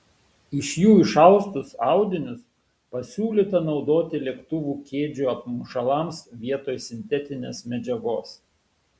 iš jų išaustus audinius pasiūlyta naudoti lėktuvų kėdžių apmušalams vietoj sintetinės medžiagos